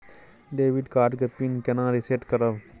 Debit card के pin केना reset करब?